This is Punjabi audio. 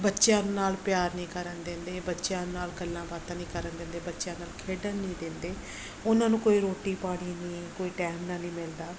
ਬੱਚਿਆਂ ਨੂੰ ਨਾਲ ਪਿਆਰ ਨਹੀਂ ਕਰਨ ਦਿੰਦੇ ਬੱਚਿਆਂ ਨਾਲ ਗੱਲਾਂ ਬਾਤਾਂ ਨਹੀਂ ਕਰਨ ਦਿੰਦੇ ਬੱਚਿਆਂ ਨਾਲ ਖੇਡਣ ਨਹੀਂ ਦਿੰਦੇ ਉਹਨਾਂ ਨੂੰ ਕੋਈ ਰੋਟੀ ਪਾਣੀ ਨਹੀਂ ਕੋਈ ਟੈਮ ਨਾਲ ਨਹੀਂ ਮਿਲਦਾ